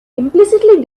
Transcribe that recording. implicitly